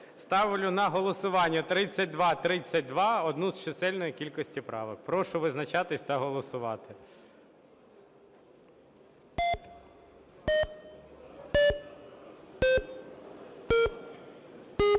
Ставлю на голосування 3232 одну з чисельної кількості правок. Прошу визначатись та голосувати. 11:47:53